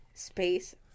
Space